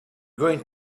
going